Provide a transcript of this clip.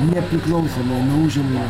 nepriklausomai nuo užimamos